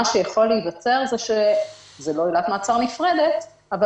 מה שיכול להיווצר זה שזו לא עילת מעצר נפרדת אבל